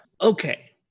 Okay